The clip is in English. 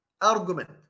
argument